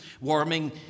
warming